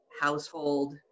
household